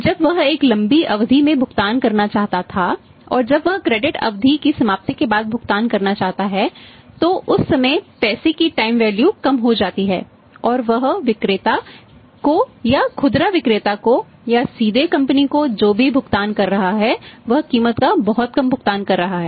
जब वह एक लंबी अवधि में भुगतान करना चाहता था और जब वह क्रेडिट कम हो जाती है और वह विक्रेता को या खुदरा विक्रेता को या सीधे कंपनी को जो भी भुगतान कर रहा है वह कीमत का बहुत कम भुगतान कर रहा है